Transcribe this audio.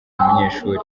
umunyeshuri